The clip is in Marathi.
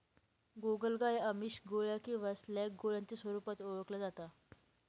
गोगलगाय आमिष, गोळ्या किंवा स्लॅग गोळ्यांच्या स्वरूपात ओळखल्या जाता